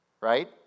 right